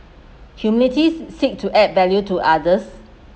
humility seeks to add value to others